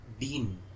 dean